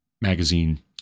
magazine